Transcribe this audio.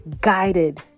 guided